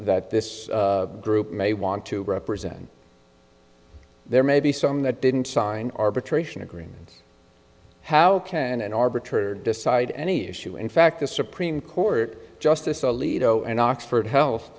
that this group may want to represent there may be some that didn't sign arbitration agreement how can an arbitrary decide any issue in fact the supreme court justice alito and oxford health